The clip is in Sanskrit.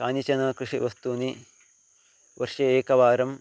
कानिचन कृषिवस्तूनि वर्षे एकवारं